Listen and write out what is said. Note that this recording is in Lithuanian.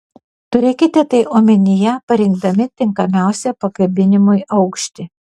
turėkite tai omenyje parinkdami tinkamiausią pakabinimui aukštį